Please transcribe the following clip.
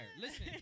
Listen